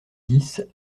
dix